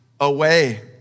away